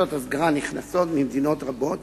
הסגרה נכנסות ממדינות רבות,